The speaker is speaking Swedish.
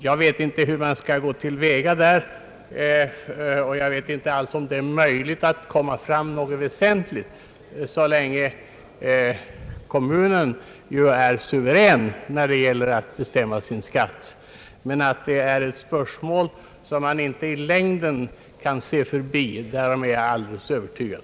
Jag vet inte hur man skall gå till väga eller om det över huvud taget är möjligt att komma fram till något väsentligt, så länge kommunen är suverän när det gäller att bestämma sin skatt. Men att det är ett spörsmål, som man inte i längden kan bortse ifrån, därom är jag helt övertygad.